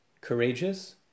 courageous